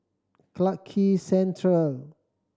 Clarke Quay Central